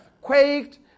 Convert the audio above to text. quaked